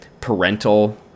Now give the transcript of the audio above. parental